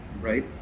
right